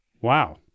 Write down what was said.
Wow